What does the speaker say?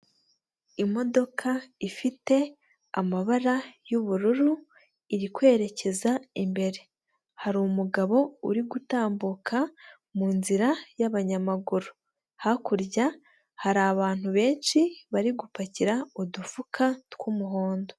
Imodoka ifite amabara y'ubururu, iri kwerekeza imbere. Hari umugabo uri gutambuka mu nzira y'abanyamaguru. Hakurya hari abantu benshi bari gupakira udufuka tw'umuhondo.